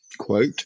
quote